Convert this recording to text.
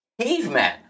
cavemen